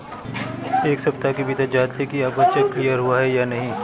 एक सप्ताह के भीतर जांच लें कि आपका चेक क्लियर हुआ है या नहीं